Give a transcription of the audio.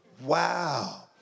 wow